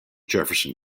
jefferson